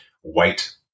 white